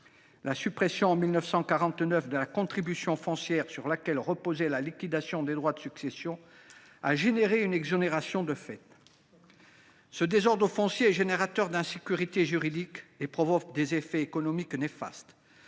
La suppression, en 1949, de la contribution foncière sur laquelle reposait la liquidation des successions a engendré une exonération de fait. Ce désordre foncier est générateur d’insécurité juridique et produit des effets économiques néfastes.